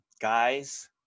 Guys